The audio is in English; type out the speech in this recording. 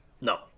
No